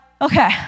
okay